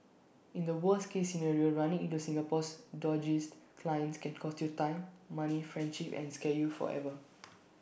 in the worst case scenario running into Singapore's dodgiest clients can cost you time money friendships and scar you forever